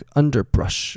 underbrush